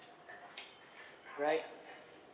right